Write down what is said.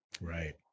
Right